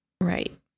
Right